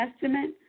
Testament